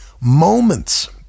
moments